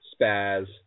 Spaz